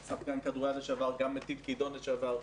אני שחקן כדוריד לשעבר, גם מטיל כידון לשעבר.